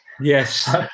Yes